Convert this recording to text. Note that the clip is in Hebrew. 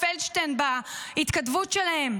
לפלדשטיין בהתכתבות שלהם: